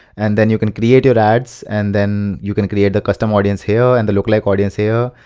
and then you can create your ads, and then you can create the custom audience here and the lookalike audience here.